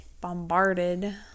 bombarded